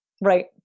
Right